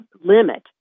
limit